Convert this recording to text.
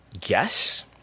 guess